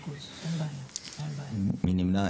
7. מי נמנע?